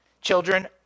Children